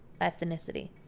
Ethnicity